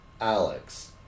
Alex